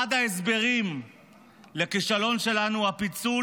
אחד ההסברים לכישלון שלנו הוא הפיצול